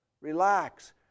relax